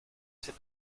sait